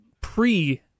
pre-